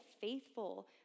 faithful